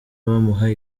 bamuha